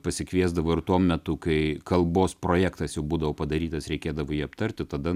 pasikviesdavo ir tuo metu kai kalbos projektas jau būdavo padarytas reikėdavo jį aptarti tada